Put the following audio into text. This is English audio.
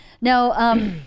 No